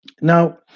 Now